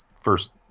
first